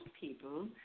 people